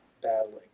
battling